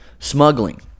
smuggling